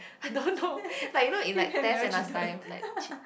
I don't know like you know in like tests then last time like cheat